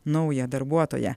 naują darbuotoją